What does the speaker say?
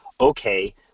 Okay